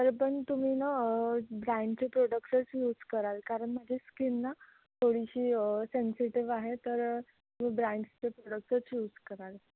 तरी पण तुम्ही ना गॅरेंटी प्रोडक्टसच यूज कराल कारण माझी स्किन ना थोडीशी सेन्सिटिव्ह आहे तर तु ब्रँडसचे प्रोडक्टसच यूज कराल